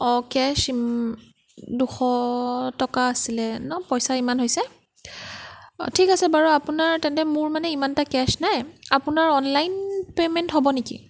অঁ কেছ দুশ টকা আছিলে ন পইচা ইমান হৈছে অঁ ঠিক আছে বাৰু আপোনাৰ তেন্তে মোৰ মানে ইমান এটা কেছ নাই আপোনাৰ অনলাইন পে'মেণ্ট হ'ব নেকি